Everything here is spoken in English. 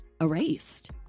erased